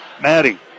Maddie